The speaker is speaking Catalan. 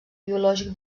biològic